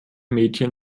mädchen